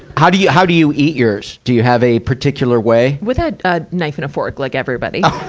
how do you, how do you eat yours? do you have a particular way? with a, ah, knife and a fork, like everybody.